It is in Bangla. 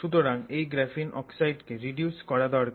সুতরাং এই গ্রাফিন অক্সাইডকে রিডিউস করা দরকার